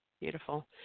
Beautiful